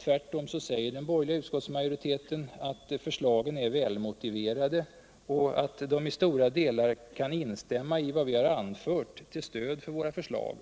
Tvärtom säger den borgerliga utskottsmajoriteten att förslagen är välmotiverade och att den i stora detar kan instämma i vad vi anfört till stöd för våra förslag